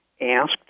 asked